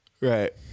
Right